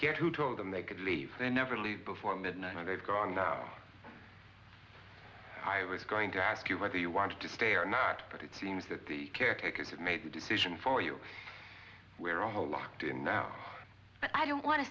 here who told them they could leave they never leave before midnight they've gone i was going to ask you whether you wanted to stay or not but it seems that the caretakers had made the decision for you where i hold locked in now i don't want to